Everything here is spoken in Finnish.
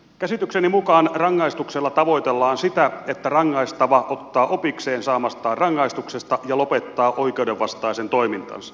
käsitykseni mukaan rangaistuksella tavoitellaan sitä että rangaistava ottaa opikseen saamastaan rangaistuksesta ja lopettaa oikeuden vastaisen toimintansa